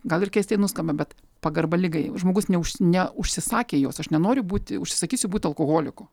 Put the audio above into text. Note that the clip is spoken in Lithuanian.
gal ir keistai nuskamba bet pagarba ligai žmogus neuž neužsisakė jos aš nenoriu būti užsisakysiu būt alkoholiku